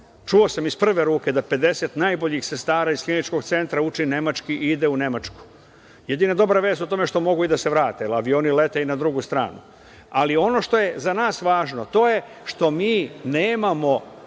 Čuo sam iz prve ruke da 50 najboljih sestara iz kliničkog centra uči nemački i ide u Nemačku. Jedina dobra vest u tome je što mogu i da se vrate, avioni lete i na drugu stranu. Ali, ono što je za nas važno, to je što mi nemamo